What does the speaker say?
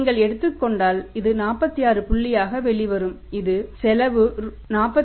நீங்கள் எடுத்துக்கொண்டால் இது 46 புள்ளியாக வெளிவரும் இது செலவு 46